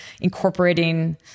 incorporating